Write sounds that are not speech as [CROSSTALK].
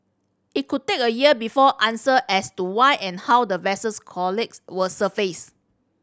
it could take a year before answer as to why and how the vessels [UNINTELLIGIBLE] will surface